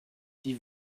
die